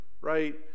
right